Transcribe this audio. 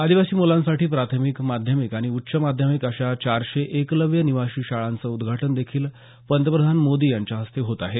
आदिवासी मुलांसाठी प्राथमिक माध्यमिक आणि उच्च माध्यमिक अशा चारशे एकलव्य निवासी शाळांचं उद्घाटन देखील पंतप्रधान मोदी यांच्या हस्ते होत आहे